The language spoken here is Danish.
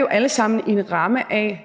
jo alle sammen er inden